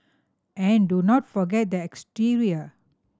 and do not forget the exterior